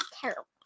terrible